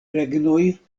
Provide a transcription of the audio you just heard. regnoj